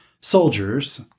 soldiers